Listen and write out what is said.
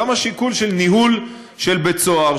גם השיקול של ניהול של בית-סוהר,